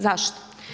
Zašto?